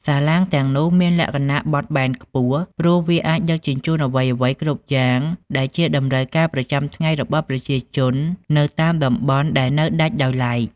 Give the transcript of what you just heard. សាឡាងទាំងនោះមានលក្ខណៈបត់បែនខ្ពស់ ព្រោះវាអាចដឹកជញ្ជូនអ្វីៗគ្រប់យ៉ាងដែលជាតម្រូវការប្រចាំថ្ងៃរបស់ប្រជាជននៅតាមតំបន់ដែលនៅដាច់ដោយឡែក។